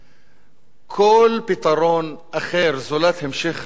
כל פתרון אחר זולת המשך עבודתם של האנשים,